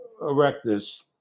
erectus